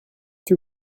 que